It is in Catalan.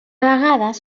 vegades